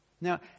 Now